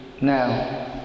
now